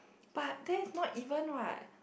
but that is not even what